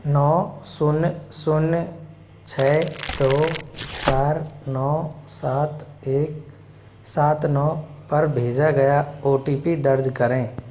नौ शून्य शून्य छ दो चार नौ सात एक सात नौ पर भेजा गया ओ टी पी दर्ज करें